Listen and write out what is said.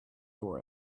for